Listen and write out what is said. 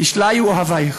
ישליו אהביך.